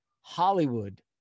Hollywood